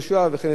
וכן לזקנים,